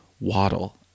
Waddle